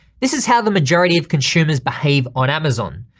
this is how the majority of consumers behave on amazon.